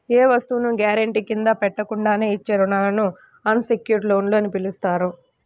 ఏ వస్తువును గ్యారెంటీ కింద పెట్టకుండానే ఇచ్చే రుణాలను అన్ సెక్యుర్డ్ లోన్లు అని పిలుస్తారు